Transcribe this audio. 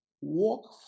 Walk